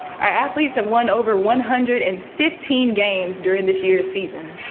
our athletes have won over one hundred and fifteen games during this year's season.